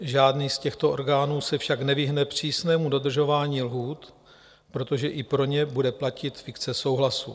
Žádný z těchto orgánů se však nevyhne přísnému dodržování lhůt, protože i pro ně bude platit fikce souhlasu.